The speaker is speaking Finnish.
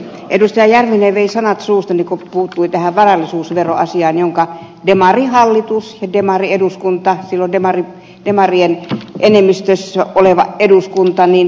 järvinen vei sanat suustani kun hän puuttui tähän varallisuusveroasiaan jonka demarihallitus ja demarieduskunta silloin demarienemmistössä oleva eduskunta poisti